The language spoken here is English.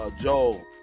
Joel